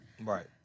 Right